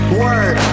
work